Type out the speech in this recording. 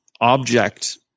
object